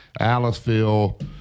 Aliceville